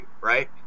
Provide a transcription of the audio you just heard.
Right